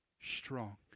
strong